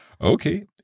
Okay